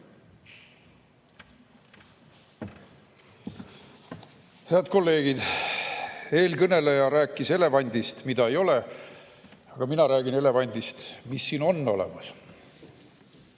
Head kolleegid! Eelkõneleja rääkis elevandist, mida ei ole. Aga mina räägin elevandist, mis siin on olemas.